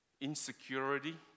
insecurity